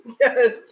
Yes